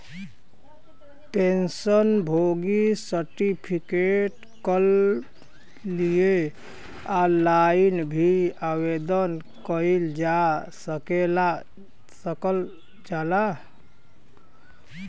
pension भोगी certificate कल लिए ऑनलाइन भी आवेदन कइल जा सकल जाला